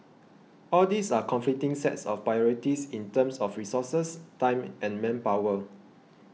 all these are conflicting sets of priorities in terms of resources time and manpower